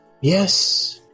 Yes